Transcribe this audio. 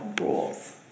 rules